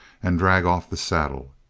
and drag off the saddle.